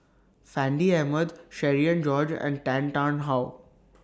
Fandi Ahmad Cherian George and Tan Tarn How